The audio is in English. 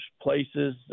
places